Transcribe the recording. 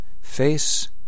face